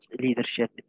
leadership